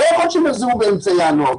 לא יכול להיות שהם יחזרו באמצע ינואר.